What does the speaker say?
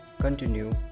continue